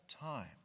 time